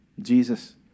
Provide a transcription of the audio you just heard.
Jesus